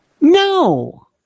No